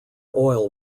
oil